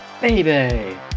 Baby